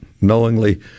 knowingly